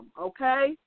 okay